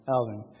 Alvin